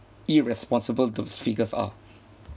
irresponsible those figures are